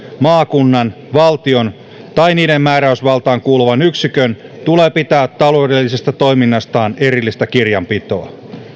maakunnan valtion tai niiden määräysvaltaan kuuluvan yksikön tulee pitää taloudellisesta toiminnastaan erillistä kirjanpitoa